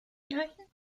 anhalten